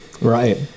right